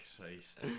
Christ